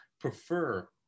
prefer